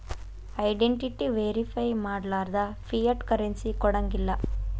identity verify ಮಾಡ್ಲಾರ್ದ fiat currency ಕೊಡಂಗಿಲ್ಲಾ